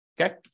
Okay